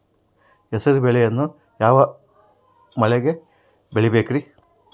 ಹೆಸರುಬೇಳೆಯನ್ನು ಯಾವ ಮಳೆಗೆ ಬೆಳಿಬೇಕ್ರಿ?